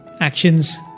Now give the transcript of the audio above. actions